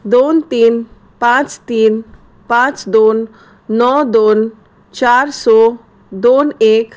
दोन तीन पांच तीन पांच दोन णव दोन चार स दोन एक